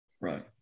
Right